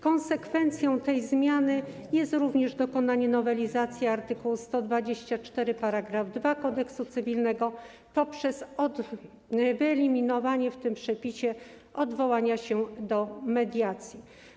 Konsekwencją tej zmiany jest również dokonanie nowelizacji art. 124 § 2 Kodeksu cywilnego poprzez wyeliminowanie w tym przepisie odwołania się do mediacji.